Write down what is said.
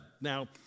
Now